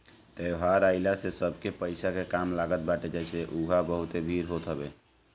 त्यौहार आइला से सबके पईसा के काम लागत बाटे जेसे उहा बहुते भीड़ होत हवे